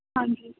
ਹਾਂਜੀ